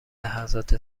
لحظات